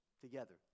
together